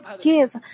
give